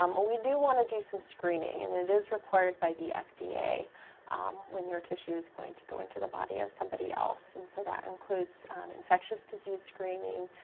um well we do want to do some screening, and it is required by the fda when your tissue is going to go into the body of somebody else. and so that includes infectious disease screening,